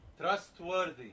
trustworthy